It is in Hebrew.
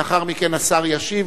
לאחר מכן השר ישיב,